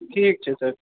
ठीक छै सर